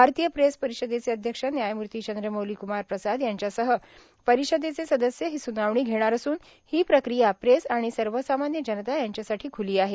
भारतीय प्रेस परिषदेचे अध्यक्ष न्यायम्ती चंद्रमौली क्मार प्रसाद यांच्यासह परिषदेचे सदस्य हि सुनावणी घेणार असून हि प्रक्रिया प्रेस आणि सर्वसामान्य जनता यांच्यासाठी ख्ली आहे